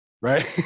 right